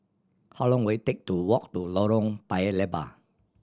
how long will it take to walk to Lorong Paya Lebar